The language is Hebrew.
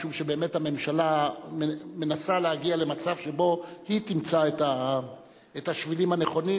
משום שבאמת הממשלה מנסה להגיע למצב שבו היא תמצא את השבילים הנכונים,